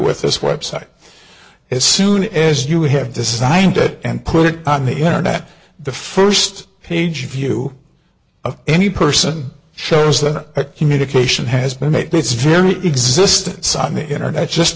with this website as soon as you have designed it and put it on the internet the first page view of any person shows that communication has been made by its very existence on the internet just